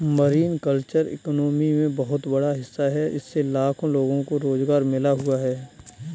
marine culture economy में बहुत बड़ा हिस्सा है इससे लाखों लोगों को रोज़गार मिल हुआ है